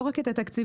לא רק את התקציבים,